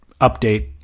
update